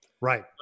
Right